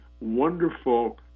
wonderful